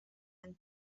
and